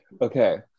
Okay